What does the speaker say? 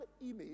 image